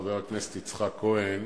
חבר הכנסת יצחק כהן,